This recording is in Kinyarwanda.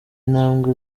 intambwe